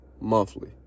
monthly